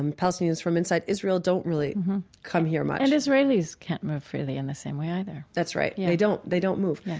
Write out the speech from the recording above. and palestinians from inside israel don't really come here much and israelis can't move freely in the same way either that's right. yeah they don't move.